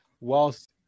whilst